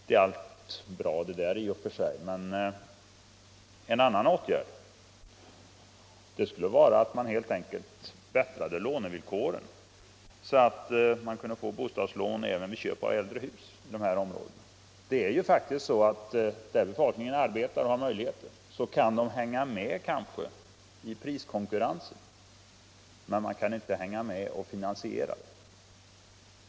Det är allt bra i och för sig, men en annan åtgärd skulle vara att helt enkelt förbättra lånevillkoren så att man kunde få bostadslån även vid köp av äldre hus i dessa områden. Den lokalbefolkning som har arbete kan kanske hänga med i priskonkurrensen, men man kan inte hänga med när det gäller att finansiera.